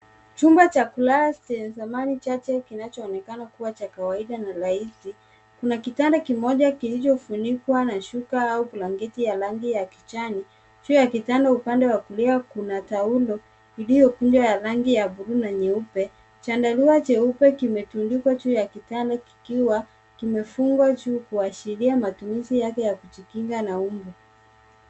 Chumba cha kulala chenye samani chache kinachoonekana cha kawaida na rahisi. Kuna kitanda kimoja kilichofunikwa na shuka au blanketi ya rangi ya kijani. Juu ya kitanda upande wa kulia kuna taulo iliyokunjwa ya rangi ya buluu na nyeupe. Chandarua cheupe kimetundikwa juu ya kitanda kikiwa kimefungwa juu kuashiria matumizi yake ya kujikinga na mbu.